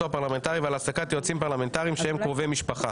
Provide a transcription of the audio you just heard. הפרלמנטרי ועל העסקת יועצים פרלמנטריים שהם קרובי משפחה.